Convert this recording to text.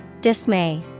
Dismay